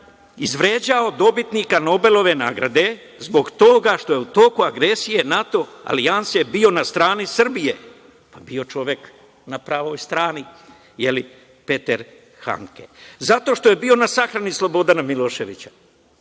izvređao dobitnika nobelove nagrade, zbog toga što je u toku agresije NATO alijanse bio na strani Srbije. Bio čovek na pravoj strani, Petar Hanke. Zato što je bio na sahrani Slobodana Miloševića,